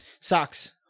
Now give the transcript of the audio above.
socks